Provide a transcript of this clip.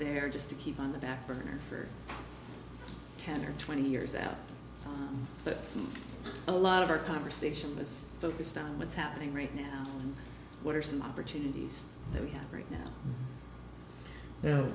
there just to keep on the back burner for ten or twenty years out but a lot of our conversation is focused on what's happening right now what are some opportunities that we have right now